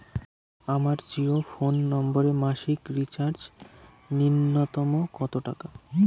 আমার জিও ফোন নম্বরে মাসিক রিচার্জ নূন্যতম কত টাকা?